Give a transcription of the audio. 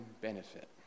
benefit